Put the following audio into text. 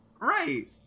Right